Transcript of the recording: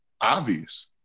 obvious